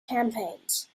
campaigns